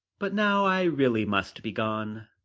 but now i really must be gone.